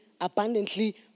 abundantly